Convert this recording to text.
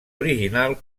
original